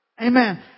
amen